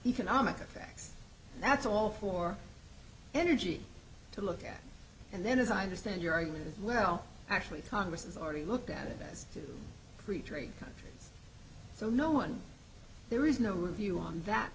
economic effects that's all for energy to look at and then as i understand your argument well actually congress has already looked at it has to retrain so no one there is no review on that